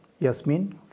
Yasmin